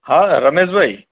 હા રમેશ ભાઈ